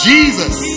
Jesus